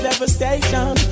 Devastation